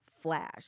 flash